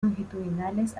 longitudinales